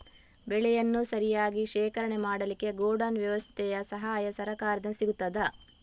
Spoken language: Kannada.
ಬೆಳೆಯನ್ನು ಸರಿಯಾಗಿ ಶೇಖರಣೆ ಮಾಡಲಿಕ್ಕೆ ಗೋಡೌನ್ ವ್ಯವಸ್ಥೆಯ ಸಹಾಯ ಸರಕಾರದಿಂದ ಸಿಗುತ್ತದಾ?